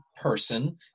person